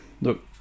look